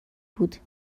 بود